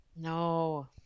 no